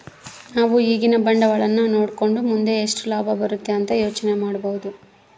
ನಾವು ಈಗಿನ ಬಂಡವಾಳನ ನೋಡಕಂಡು ಮುಂದೆ ಎಷ್ಟು ಲಾಭ ಬರುತೆ ಅಂತ ಯೋಚನೆ ಮಾಡಬೋದು